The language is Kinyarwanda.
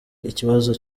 ikibazo